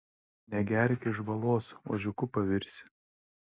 negerk iš balos ožiuku pavirsi